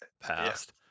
past